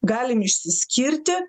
galim išsiskirti